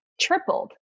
tripled